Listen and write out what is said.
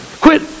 Quit